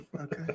Okay